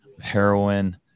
heroin